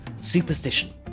superstition